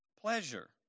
pleasure